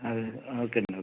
అదే అదే ఓకేనండి ఓకే